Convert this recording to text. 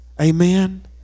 amen